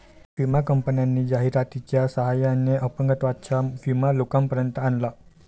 विमा कंपन्यांनी जाहिरातीच्या सहाय्याने अपंगत्वाचा विमा लोकांपर्यंत आणला